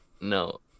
No